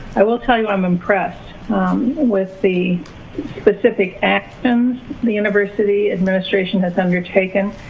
i will tell you i'm impressed with the specific actions the university administration has undertaken.